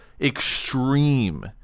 extreme